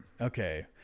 okay